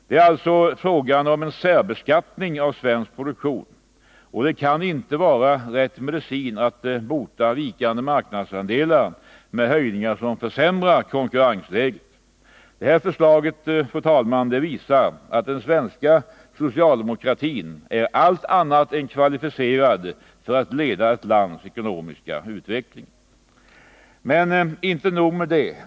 Det är alltså fråga om en särbeskattning av svensk produktion. Det kan inte vara rätt medicin att bota vikande marknadsandelar med höjningar som försämrar konkurrensläget. Förslaget visar att den svenska socialdemokratin är allt annat än kvalificerad för att leda ett lands ekonomiska utveckling. Men inte nog med det.